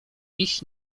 iść